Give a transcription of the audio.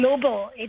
global